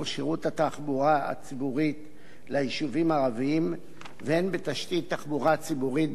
הציבורית ליישובים הערביים והן בתשתית תחבורה ציבורית ביישובים אלו,